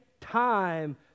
time